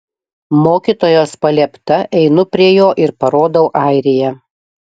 mokytojos paliepta einu prie jo ir parodau airiją